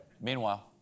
Meanwhile